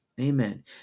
Amen